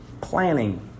planning